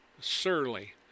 surly